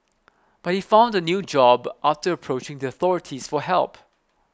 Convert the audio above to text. but he found a new job after approaching the authorities for help